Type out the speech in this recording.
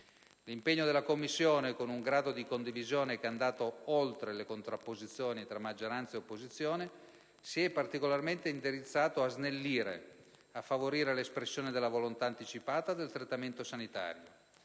L'impegno della Commissione, con un grado di condivisione che è andato oltre le contrapposizioni tra maggioranza ed opposizione, si è particolarmente indirizzato a snellire e favorire l'espressione della volontà anticipata del trattamento sanitario.